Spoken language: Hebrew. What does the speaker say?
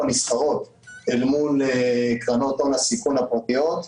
הנסחרות מול קרנות הון הסיכון הפרטיות,